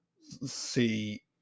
see